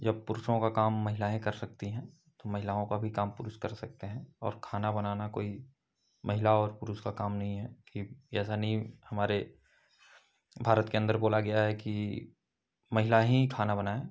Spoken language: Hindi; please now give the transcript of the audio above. जब पुरुषों का काम महिलाएँ कर सकती हैं तो महिलाओं का भी काम पुरुष कर सकते हैं और खाना बनाना कोई महिला और पुरुष का काम नहीं है कि ऐसा नहीं हमारे भारत के अंदर बोला गया है कि महिला ही खाना बनाए